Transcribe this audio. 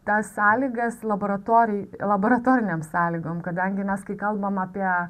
tas sąlygas laboratori laboratorinėm sąlygom kadangi nes kai kalbam apie